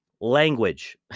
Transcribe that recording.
language